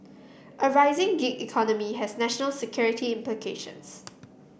a rising gig economy has national security implications